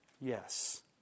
Yes